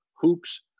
Hoops